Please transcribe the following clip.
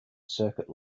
circuit